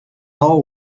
all